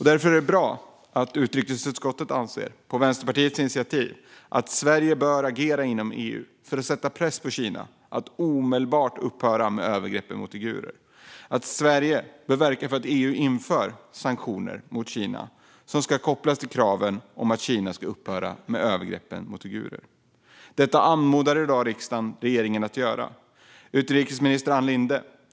Därför är det bra att utrikesutskottet, på Vänsterpartiets initiativ, anför att Sverige bör agera inom EU för att sätta press på Kina att omedelbart upphöra med övergreppen mot uigurer och att Sverige bör verka för att EU inför sanktioner mot Kina som ska kopplas till kraven om att Kina ska upphöra med övergreppen mot uigurer. Detta anmodar i dag riksdagen regeringen att göra. Utrikesminister Ann Linde!